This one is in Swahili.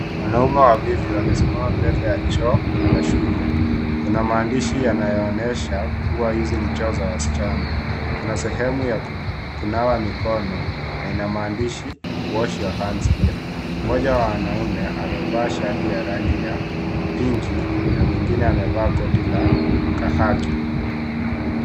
Wanaume wawili wamesimama mbele ya choo za shule, kuna maandishi yanaonyesha kuwa hizi ni Choo za wasichana ,kuna sehemu ya kunawa mikono na ina maandishi wash your hands here. Mmoja wa wanaume amevaa shati ya rangi ya hudhurungi na mwingine amevaa koti la kahaghi.